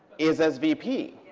is as vp.